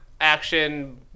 action